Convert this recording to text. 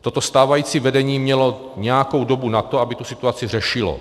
Toto stávající vedení mělo nějakou dobu na to, aby tu situaci řešilo.